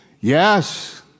Yes